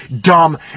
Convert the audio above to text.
dumb